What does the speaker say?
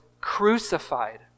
crucified